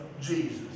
Jesus